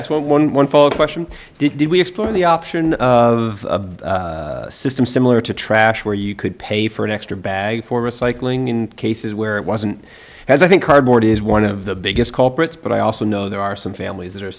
asked one question did we explore the option of a system similar to trash where you could pay for an extra bag for recycling in cases where it wasn't as i think cardboard is one of the biggest culprits but i also know there are some families that are